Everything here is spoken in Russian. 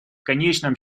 конечном